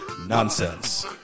nonsense